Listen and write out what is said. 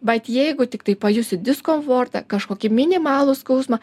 bat jeigu tiktai pajusit diskomfortą kažkokį minimalų skausmą